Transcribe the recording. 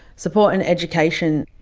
support and education.